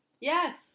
Yes